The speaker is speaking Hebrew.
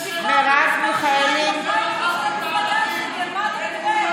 נבחרתי מס' 2 בפריימריז במפלגה שלי.